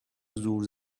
زور